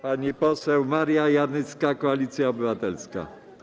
Pani poseł Maria Janyska, Koalicja Obywatelska.